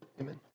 amen